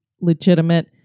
legitimate